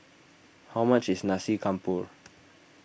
how much is Nasi Campur